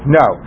no